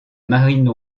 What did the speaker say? marine